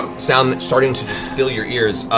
sound that's starting to just fill your ears.